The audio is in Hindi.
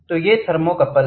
तो ये थर्मोकपल हैं